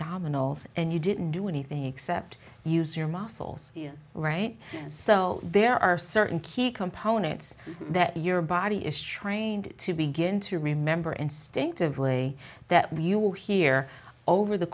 dominoes and you didn't do anything except use your muscles right so there are certain key components that your body is trained to begin to remember instinctively that you will hear over the